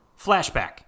Flashback